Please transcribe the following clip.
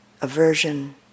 aversion